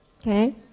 Okay